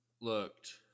looked